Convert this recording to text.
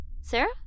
Sarah